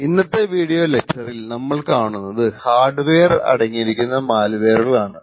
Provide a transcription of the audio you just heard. ഇന്നത്തെ വീഡിയോ ലെക്ച്ചറിൽ നമ്മൾ കാണുന്നത് ഹാർഡ് വെയറിൽ അടങ്ങിയിരിക്കുന്ന മാൽവെയറുകൾ ആണ്